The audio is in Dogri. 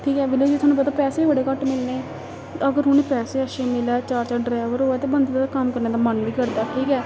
ठीक ऐ विलेज थुहानू पता पैसे बी बड़े घट्ट मिलने अगर उ'नें पैसे अच्छे मिलै चार चार ड्रैवर होऐ ते बंदे दा कम्म करने दा मन बी करदा ठीक ऐ